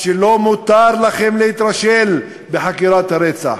לא מותר לכם להתרשל בחקירת הרצח,